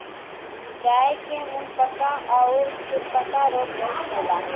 गाय के मुंहपका आउर खुरपका रोग बहुते होला